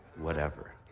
whatever.